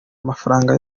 mafaranga